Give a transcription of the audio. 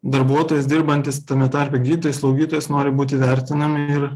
darbuotojas dirbantis tame tarpe gydytojai slaugytojos nori būti vertinami ir